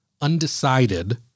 undecided